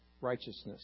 righteousness